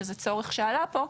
שזה צורך שעלה פה,